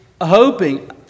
hoping